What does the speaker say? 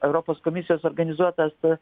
europos komisijos organizuotas